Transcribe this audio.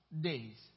days